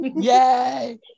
Yay